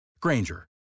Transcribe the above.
Granger